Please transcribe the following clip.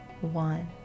one